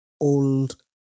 old